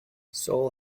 seoul